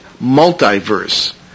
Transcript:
multiverse